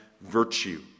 virtue